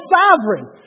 sovereign